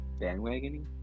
bandwagoning